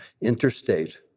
interstate